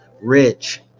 rich